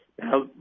Now